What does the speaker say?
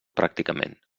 pràcticament